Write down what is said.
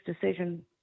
decision